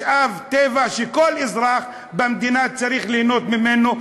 משאב טבע שכל אזרח במדינה צריך ליהנות ממנו,